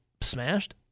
smashed